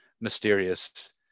mysterious